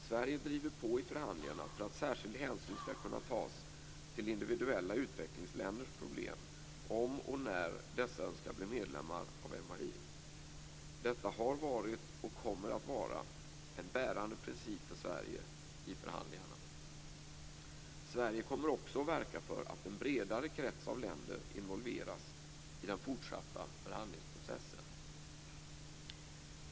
Sverige driver på i förhandlingarna för att särskild hänsyn skall kunna tas till individuella utvecklingsländers problem om och när dessa önskar bli medlemmar av MAI. Detta har varit och kommer att vara en bärande princip för Sverige i förhandlingarna. Sverige kommer också att verka för att en bredare krets av länder involveras i den fortsatta förhandlingsprocessen.